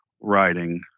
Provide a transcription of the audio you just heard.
writing